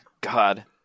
God